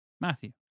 Matthew